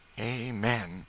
Amen